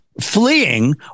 fleeing